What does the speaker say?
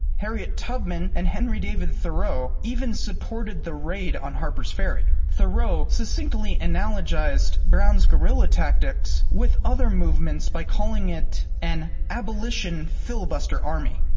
harriet tubman and henry david thoreau even supported the raid on harper's ferry. thoreau succinctly analogized brown's guerrilla tactics with other movements by calling it an abolition filibuster army.